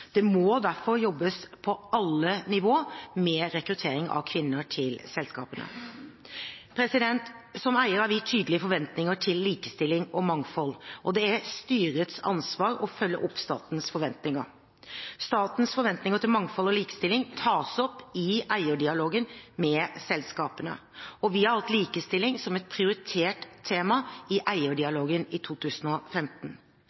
Det må derfor jobbes på alle nivåer med rekruttering av kvinner til selskapene. Som eier har vi tydelige forventninger til likestilling og mangfold, og det er styrets ansvar å følge opp statens forventninger. Statens forventninger til mangfold og likestilling tas opp i eierdialogen med selskapene, og vi har hatt likestilling som et prioritert tema i